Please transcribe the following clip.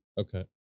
Okay